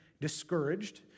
discouraged